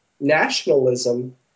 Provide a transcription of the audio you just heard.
nationalism